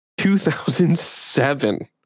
2007